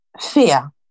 fear